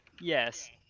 Yes